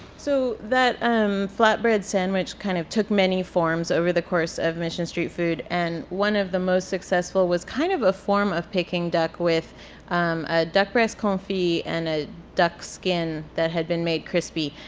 so that um flatbread sandwich kind of took many forms over the course of mission street food and one of the most successful was kind of a form of peking duck with um a duck breast confit and a duck skin that had been made crispy.